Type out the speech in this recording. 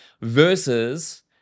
versus